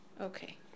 Okay